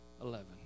Eleven